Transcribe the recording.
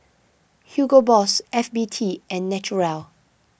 Hugo Boss F B T and Naturel